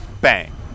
bang